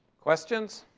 questions?